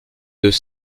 deux